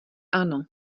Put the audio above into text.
ano